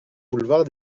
boulevard